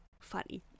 funny